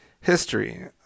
history